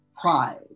pride